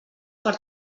per